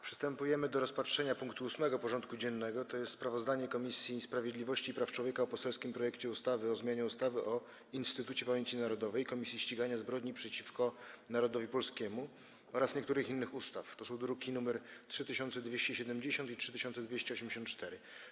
Przystępujemy do rozpatrzenia punktu 8. porządku dziennego: Sprawozdanie Komisji Sprawiedliwości i Praw Człowieka o poselskim projekcie ustawy o zmianie ustawy o Instytucie Pamięci Narodowej - Komisji Ścigania Zbrodni przeciwko Narodowi Polskiemu oraz niektórych innych ustaw (druki nr 3270 i 3284)